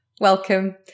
Welcome